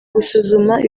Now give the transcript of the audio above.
gusuzuma